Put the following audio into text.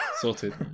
Sorted